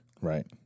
Right